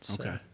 Okay